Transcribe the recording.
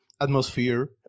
atmosphere